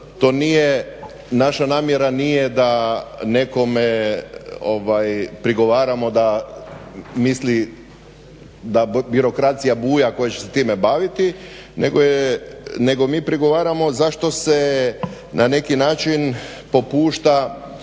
naša namjera nije, da nekome prigovaramo da misli da birokracija buja koja će se time baviti nego mi prigovaramo zašto se na neki način popušta